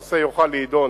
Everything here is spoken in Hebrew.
הנושא יוכל להידון